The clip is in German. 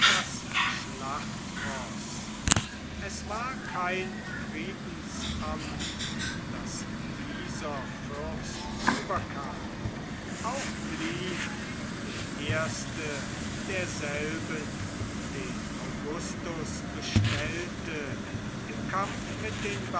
das schlachtroß es war kein friedensamt das dieser fürst überkam auch blieb der erste derselben den augustus bestellte im kampf mit den